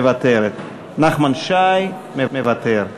מוותרת, נחמן שי, מוותר,